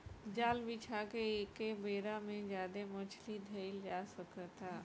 जाल बिछा के एके बेरा में ज्यादे मछली धईल जा सकता